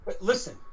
Listen